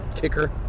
kicker